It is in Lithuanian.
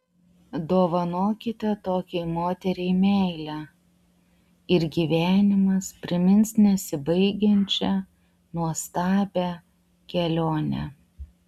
dovanokite tokiai moteriai meilę ir gyvenimas primins nesibaigiančią nuostabią kelionę